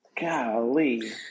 golly